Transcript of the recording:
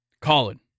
Colin